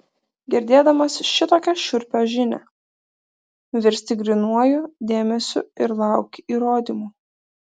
girdėdamas šitokią šiurpią žinią virsti grynuoju dėmesiu ir lauki įrodymų